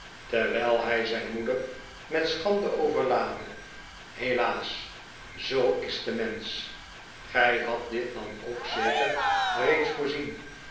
terwijl hij zijn moeder met schande overlaadde helaas zoo is de mensch gij hadt dit dan ook zeker reeds voorzien